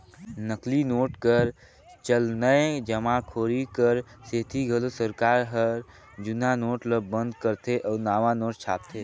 नकली नोट कर चलनए जमाखोरी कर सेती घलो सरकार हर जुनहा नोट ल बंद करथे अउ नावा नोट छापथे